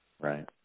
Right